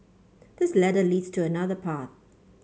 this ladder leads to another path